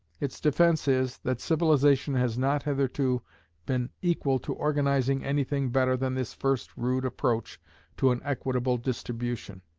its defence is, that civilization has not hitherto been equal to organizing anything better than this first rude approach to an equitable distribution.